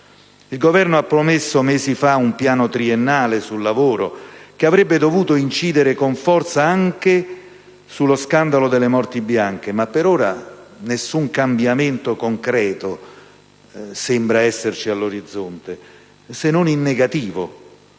Il Governo ha promesso mesi fa un piano triennale sul lavoro che avrebbe dovuto incidere con forza anche sullo scandalo delle morti bianche, ma per ora nessun cambiamento concreto sembra esserci all'orizzonte, se non in negativo.